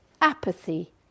apathy